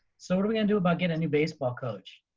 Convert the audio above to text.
so what are we gonna do about getting a new baseball coach?